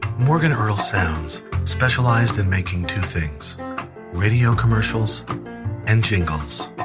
morgan earl sounds specialized in making two things radio commercials and jingles.